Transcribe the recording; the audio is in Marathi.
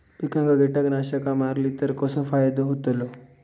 पिकांक कीटकनाशका मारली तर कसो फायदो होतलो?